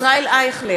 נגד ישראל אייכלר,